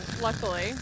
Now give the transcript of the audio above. luckily